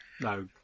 No